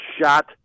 shot